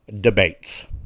debates